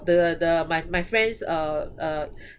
the the my my friend's uh uh